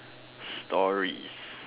stories